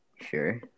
Sure